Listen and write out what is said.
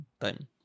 time